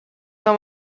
нам